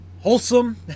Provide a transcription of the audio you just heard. wholesome